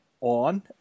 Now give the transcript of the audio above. on